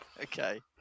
Okay